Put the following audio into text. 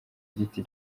giti